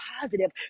positive